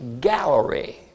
gallery